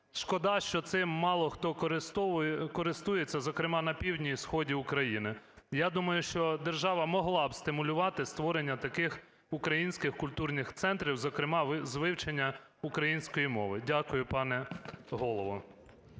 Шкода, що цим мало хто користується, зокрема на півдні і сході України. Я думаю, що держава могла б стимулювати створення таких українських культурних центрів, зокрема з вивчення української мови. Дякую, пане голово.